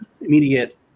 immediate